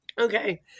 Okay